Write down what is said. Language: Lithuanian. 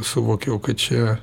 suvokiau kad čia